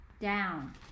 down